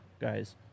guys